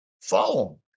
Follow